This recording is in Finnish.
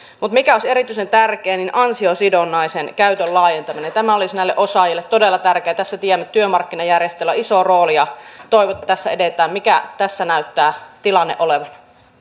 on hyvä mutta erityisen tärkeää olisi ansiosidonnaisen käytön laajentaminen tämä olisi näille osaajille todella tärkeää tässä työmarkkinajärjestöillä on iso rooli ja toivon että tässä edetään mikä tässä näyttää tilanne olevan